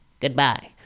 Goodbye